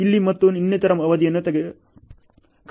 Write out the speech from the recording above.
ಇಲ್ಲಿ ಮತ್ತು ಇನ್ನಿತರ ಅವಧಿಯನ್ನು ಕಡಿತಗೊಳಿಸಿ